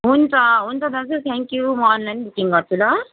हुन्छ हुन्छ दाजु थ्याङ्क यु म अनलाइनै बुकिङ गर्छु ल